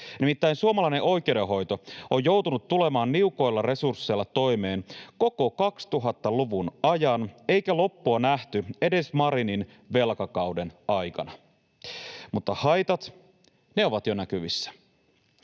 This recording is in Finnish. Nimittäin suomalainen oikeudenhoito on joutunut tulemaan niukoilla resursseilla toimeen koko 2000-luvun ajan, eikä loppua nähty edes Marinin velkakauden aikana, mutta haitat, ne ovat jo näkyvissä.